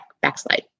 backslide